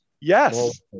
Yes